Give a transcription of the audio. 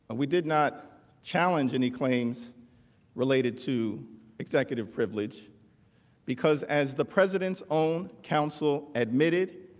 we did not challenge any claims related to executive privilege because, as the president's own counsel admitted,